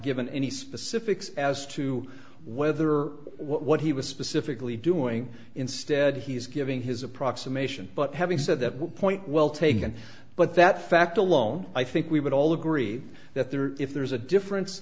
given any specifics as to whether what he was specifically doing instead he is giving his approximation but having said that one point well taken but that fact alone i think we would all agree that there if there is a difference